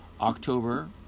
October